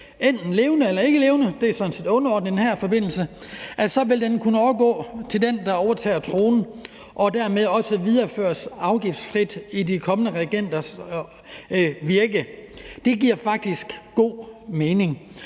sådan set underordnet i den her forbindelse – kan overgå til den, der overtage tronen, og dermed også videreføres afgiftsfrit i de kommende regenters virke. Det giver faktisk god mening.